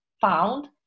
found